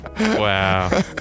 Wow